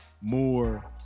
more